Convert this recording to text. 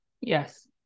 Yes